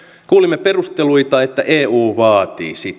kuulimme perusteluita että eu vaatii sitä